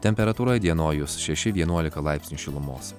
temperatūra įdienojus šeši vienuolika laipsnių šilumos